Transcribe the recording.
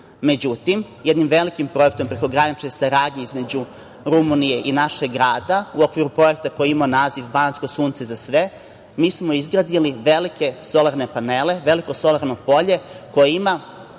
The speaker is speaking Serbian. Međutim, jednim velikim projektom, prekogranične saradnje, između Rumunije i našeg grada, u okviru projekta koji je imao naziv „Banatsko sunce za sve“, mi smo izgradili velike solarne panele, veliko solarno polje, koje ima